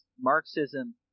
Marxism